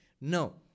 No